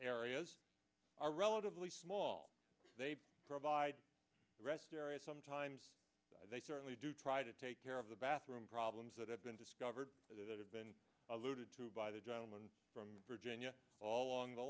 reas are relatively small they provide rest areas sometimes they certainly do try to take care of the bathroom problems that have been discovered that have been alluded to by the gentleman from virginia all along the